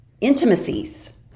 intimacies